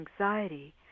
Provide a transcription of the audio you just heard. anxiety